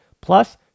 Plus